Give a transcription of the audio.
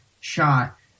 shot